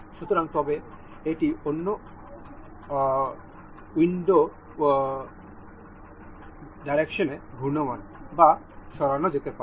সুতরাং তবে এটি অন্য ডাইরেক্শনেেও ঘূর্ণায়মান বা সরানো যেতে পারে